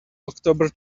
october